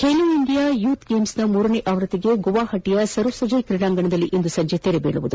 Khelo India youth ಗೇಮ್ಸ್ನ ಮೂರನೇ ಆವೃತ್ತಿಗೆ ಗುವಾಹಟಿಯ ಸರುಸಜೈ ಕ್ರೀಡಾಂಗಣದಲ್ಲಿ ಇಂದು ಸಂಜೆ ತೆರೆ ಬೀಳಲಿದೆ